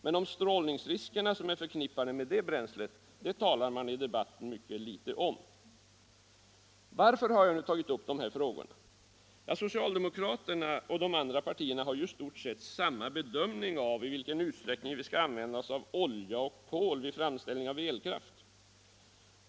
Men de strålningsrisker som är förknippade med det bränslet talar man i debatten mycket litet om. Varför har jag nu tagit upp dessa frågor? Socialdemokraterna och de andra partierna har ju i stort sett samma bedömning av i vilken utsträckning vi skall använda olja och kol vid framställning av elkraft.